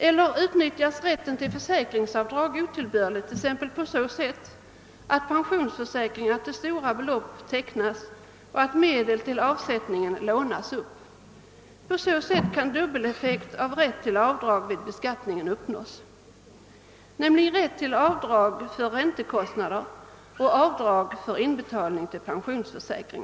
Eller utnyttjas rätten till försäkringsavdrag otillbörligt t.ex. på så sätt att pensionsförsäkringar till stora belopp tecknas och att medel till avsättningarnas lånas upp. På så sätt kan dubbeleffekt av rätt till avdrag vid beskattningen uppnås, nämligen avdrag för räntekostnader och avdrag för inbetalning till pensionsförsäkring.